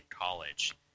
college